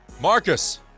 Marcus